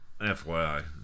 FYI